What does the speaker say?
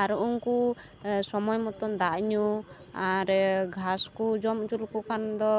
ᱟᱨ ᱩᱱᱠᱩ ᱥᱚᱢᱚᱭ ᱢᱚᱛᱚᱱ ᱫᱟᱜ ᱧᱩ ᱟᱨ ᱜᱷᱟᱸᱥ ᱠᱚ ᱡᱚᱢ ᱦᱚᱪᱚ ᱞᱮᱠᱚ ᱠᱷᱟᱱ ᱫᱚ